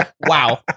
Wow